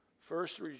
First